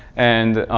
and,